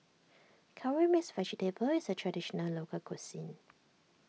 Curry Mixed Vegetable is a Traditional Local Cuisine